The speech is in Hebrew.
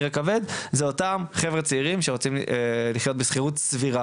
הכבד אלו אותם חברה צעירים שרוצים לחיות בשכירות במחיר סביר.